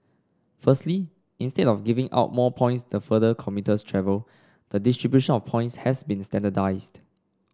firstly instead of giving out more points the further commuters travel the distribution of points has been standardised